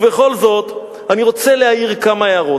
בכל זאת אני רוצה להעיר כמה הערות.